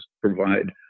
provide